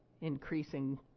increasing